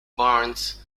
barnes